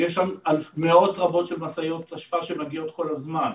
יש שם מאות רבות של משאיות אשפה שמגיעות כל הזמן,